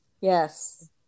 Yes